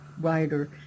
writer